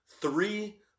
Three